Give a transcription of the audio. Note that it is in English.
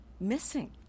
missing